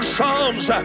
Psalms